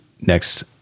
next